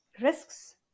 risks